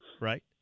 Right